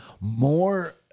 more